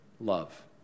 love